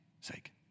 sake